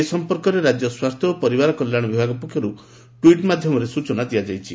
ଏ ସମ୍ପର୍କରେ ରାଜ୍ୟ ସ୍ୱାସ୍ଥ୍ୟ ଓ ପରିବାର କଲ୍ୟାଣ ବିଭାଗ ପକ୍ଷରୁ ଟୁଇଟ୍ ମାଧ୍ଧମରେ ସୂଚନା ଦିଆଯାଇଛି